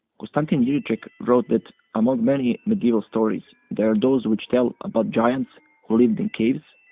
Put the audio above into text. konstantin jiricek wrote that among many medieval stories, there are those which tell about giants who lived in caves,